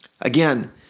Again